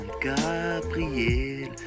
Gabriel